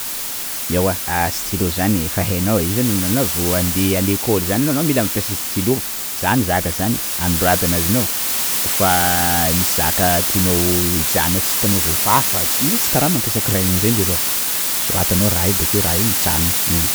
Ewa stylo zany efa hainao, io zan- anao vao andeha à l'ecole zany anao mila mampiasa stylo; zany zaka zany, anoratana azonao? _x000D_ koafa misy zaka tianao hijanona, tsy tianao ho voafafa, io tsy kara mampiasa crayon reny leroa! soratanao raha iny bakeo raha io mijanona.